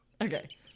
Okay